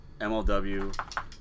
MLW